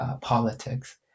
politics